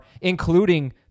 including